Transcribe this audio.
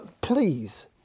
please